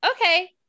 okay